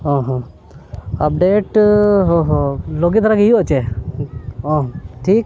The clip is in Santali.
ᱦᱮᱸ ᱦᱮᱸ ᱟᱯᱰᱮᱴ ᱦᱚᱸ ᱦᱚᱸ ᱞᱚᱜᱮ ᱫᱷᱟᱨᱟ ᱜᱮ ᱦᱩᱭᱩᱜᱼᱟ ᱪᱮ ᱦᱮᱸ ᱴᱷᱤᱠ